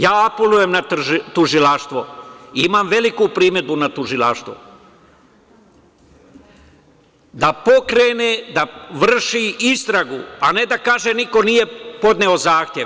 Ja apelujem na tužilaštvo i imam veliku primedbu na tužilaštvo da pokrene, da vrši istragu, a ne da kaže - niko nije podneo zahtev.